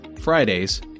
Fridays